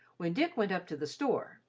when dick went up to the store,